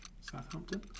Southampton